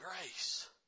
grace